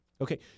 Okay